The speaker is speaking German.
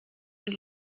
und